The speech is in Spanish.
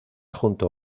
junto